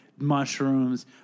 mushrooms